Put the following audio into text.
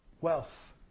Wealth